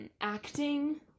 acting